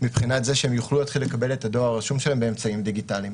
כשהם יוכלו להתחיל לקבל את הדואר הרשום שלהם באמצעים דיגיטליים.